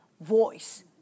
voice